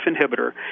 inhibitor